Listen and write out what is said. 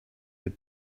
had